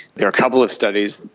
there are a couple of studies,